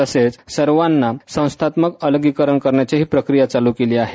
तसेच सर्वांना संस्थात्मक अलगीकरण करण्याचे ही प्रक्रिया चालू केली आहे